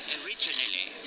originally